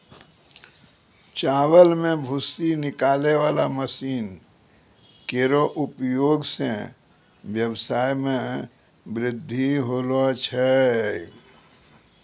चावल सें भूसी निकालै वाला मसीन केरो उपयोग सें ब्यबसाय म बृद्धि होलो छै